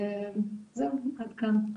זהו עד כאן.